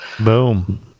boom